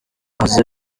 baze